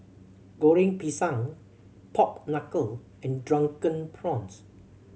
Goreng Pisang pork knuckle and Drunken Prawns